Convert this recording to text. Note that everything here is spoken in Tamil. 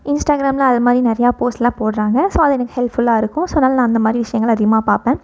இன்ஸ்டாகிராமில் அதுமாதிரி நிறையா போஸ்ட்லாம் போடுறாங்க ஸோ அது எனக்கு ஹெல்ப்ஃபுல்லாக இருக்கும் ஸோ அதனால் நான் அந்தமாதிரி விஷயங்களை அதிகமாக பாப்பேன்